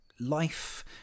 life